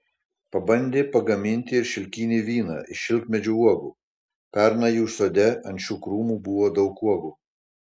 pabandė pagaminti ir šilkinį vyną iš šilkmedžių uogų pernai jų sode ant šių krūmų buvo daug uogų